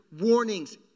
warnings